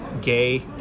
gay